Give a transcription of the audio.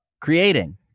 creating